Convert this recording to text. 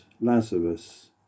Lazarus